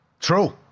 True